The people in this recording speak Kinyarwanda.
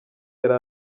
yari